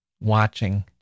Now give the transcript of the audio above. watching